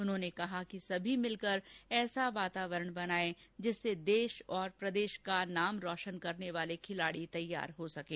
उन्होंने कहा कि सभी मिलकर ऐसा वातावरण बनाएं जिससे देश और प्रदेश का नाम रोशन करने वाले खिलाड़ी तैयार हो सकें